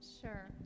Sure